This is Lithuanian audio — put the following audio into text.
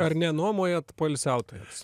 ar nenuomojat poilsiautojams